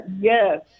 Yes